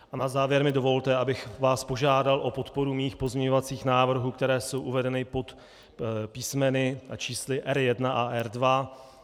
A na závěr mi dovolte, abych vás požádal o podporu svých pozměňovacích návrhů, které jsou uvedeny pod písmeny a čísly R1 a R2.